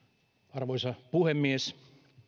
arvoisa puhemies